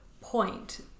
point